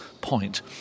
point